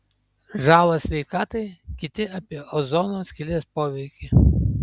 žalą sveikatai kiti apie ozono skylės poveikį